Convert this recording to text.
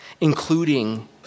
including